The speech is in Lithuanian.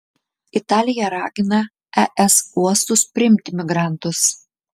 italija ragina es uostus priimti migrantus